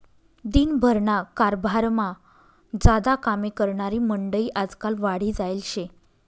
दिन भरना कारभारमा ज्यादा कामे करनारी मंडयी आजकाल वाढी जायेल शे